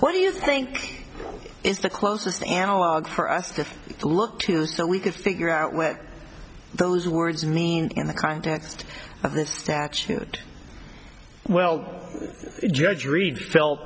what do you think is the closest analogue for us to look to so we can figure out what those words mean in the context of this statute well judge reed felt